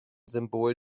symbol